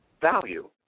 value